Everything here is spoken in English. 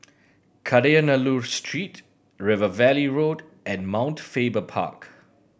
Kadayanallur Street River Valley Road and Mount Faber Park